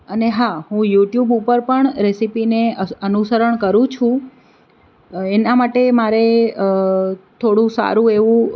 અને હા હું યુટ્યુબ ઉપર પણ રેસિપીને અનુસરણ કરું છું એના માટે મારે થોડું સારું એવું